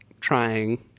trying